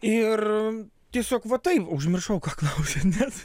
ir tiesiog va taip užmiršau ką klausėt net